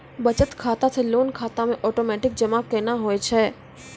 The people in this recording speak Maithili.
बचत खाता से लोन खाता मे ओटोमेटिक जमा केना होय छै?